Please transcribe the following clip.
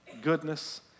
Goodness